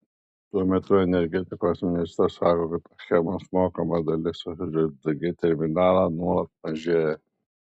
tuo metu energetikos ministras sako kad achemos mokama dalis už sgd terminalą nuolat mažėja